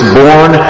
born